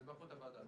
זה באחריות הוועדה.